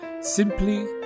simply